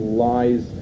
lies